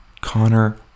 Connor